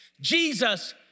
Jesus